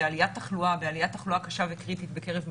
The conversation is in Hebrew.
בעליית התחלואה הקשה והקריטית בקרב מחוסנים.